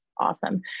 awesome